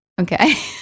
okay